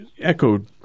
echoed